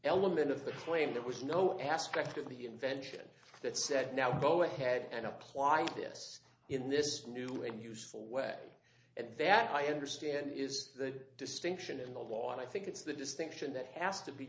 element of the claim there was no aspect of the invention that said now go ahead and apply this in this new and useful way and that i understand is that distinction in the law and i think it's the distinction that has to be